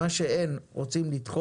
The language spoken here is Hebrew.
מה שאין, אנחנו רוצים לדחוף.